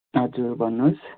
हजुर भन्नुहोस्